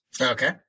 Okay